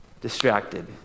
distracted